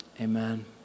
Amen